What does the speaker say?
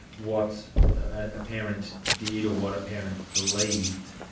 what a parent did or what a parent believed,